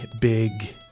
big